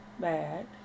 bad